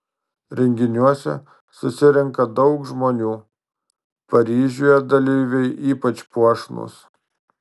renginiuose susirenka daug žmonių paryžiuje dalyviai ypač puošnūs